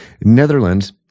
Netherlands